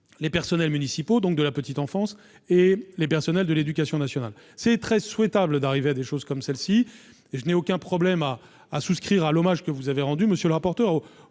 les personnels municipaux de la petite enfance et les personnels de l'éducation nationale. C'est très souhaitable d'arriver à ce type d'organisation. Je n'ai aucun problème à m'associer à l'hommage que vous avez rendu, monsieur le rapporteur,